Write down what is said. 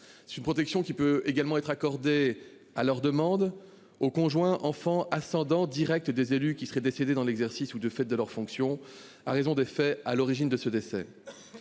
Cette protection peut également être accordée, à leur demande, aux conjoints, enfants et ascendants directs des élus qui seraient décédés dans l'exercice ou du fait de leurs fonctions, à raison des faits à l'origine de ce décès.